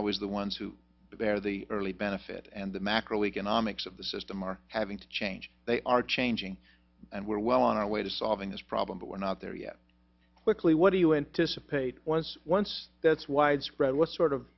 always the ones who bear the early benefit and the macro economics of the system are having to change they are changing and we're well on our way to solving this problem but we're not there yet quickly what do you anticipate was once that's widespread what sort of